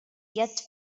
yet